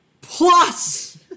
Plus